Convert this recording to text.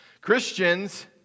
Christians